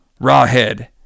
Rawhead